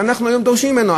ואנחנו היום דורשים ממנו,